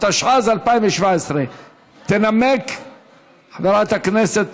התשע"ז 2017. תנמק חברת הכנסת